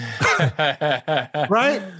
right